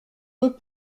veux